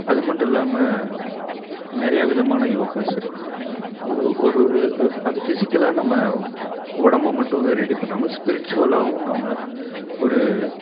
அது மட்டும் இல்லாம நிறைய விதமான யோகாஸ் இருக்குது ஓ ஒரு ஒரு இஃப் அது ஃபிஸிக்கலாக நம்ம உடம்ப மட்டும் ரெடி பண்ணாமல் ஸ்பிரிச்சுவலாகவும் நம்மளை ஒரு